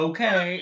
Okay